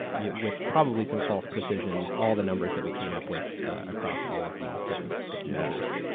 yeah with probably some false precision, all the numbers that we came up with across all of these different measures.